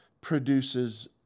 produces